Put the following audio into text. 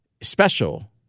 special